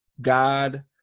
God